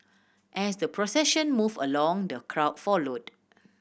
as the procession move along the crowd followed